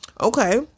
Okay